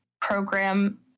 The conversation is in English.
program